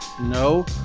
No